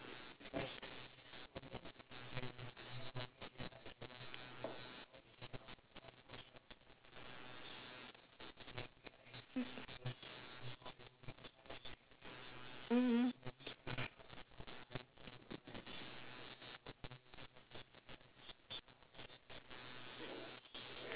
mm mm